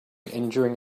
injuring